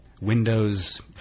Windows